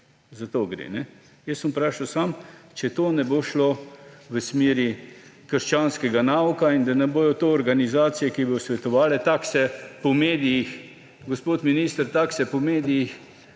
za to gre. Jaz sem vprašal samo, če to ne bo šlo v smeri krščanskega nauka in da ne bodo to organizacije, ki bodo svetovale – tako se po medijih, gospod minister, piše –, da